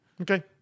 Okay